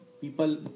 People